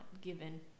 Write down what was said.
given